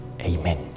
Amen